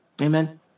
Amen